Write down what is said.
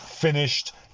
Finished